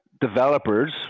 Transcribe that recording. developers